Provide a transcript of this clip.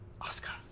Oscar